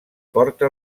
porta